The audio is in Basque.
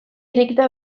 irekita